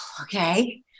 okay